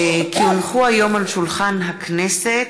כי הונחו היום על שולחן הכנסת,